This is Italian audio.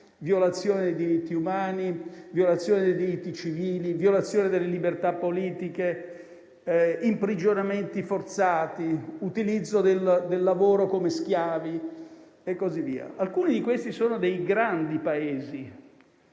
violazioni dei diritti umani, dei diritti civili e delle libertà politiche, imprigionamenti forzati, utilizzo dei lavoratori come schiavi e così via. Alcuni di questi sono grandi Paesi,